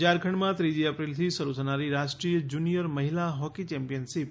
ઝારખંડમાં ત્રીજી ઐપ્રિલથી શરૂ થનારી રાષ્ટ્રીય જુનિયર મહિલા હોકી ચેમ્પિયનશીપ